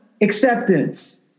acceptance